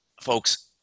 folks